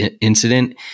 incident